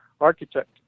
architect